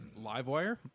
Livewire